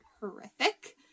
horrific